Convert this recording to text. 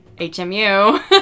HMU